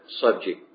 subject